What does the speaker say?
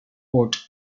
court